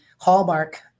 hallmark